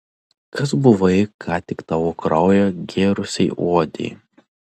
kas buvai ką tik tavo kraują gėrusiai uodei